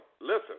Listen